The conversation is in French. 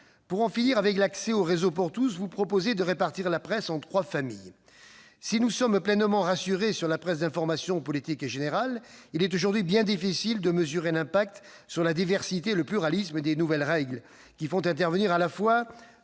Pour en finir avec l'accès au réseau pour tous, vous proposez de répartir la presse en trois familles. Si nous sommes pleinement rassurés sur la presse d'information politique et générale, il est aujourd'hui bien difficile de mesurer l'impact sur la diversité et le pluralisme des nouvelles règles, qui font intervenir à la fois